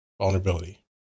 vulnerability